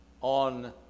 on